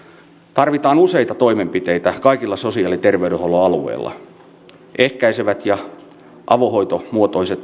tarvitaan useita toimenpiteitä kaikilla sosiaali ja terveydenhuollon alueilla ehkäiseviä ja avohoitomuotoisia